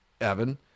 Evan